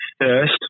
first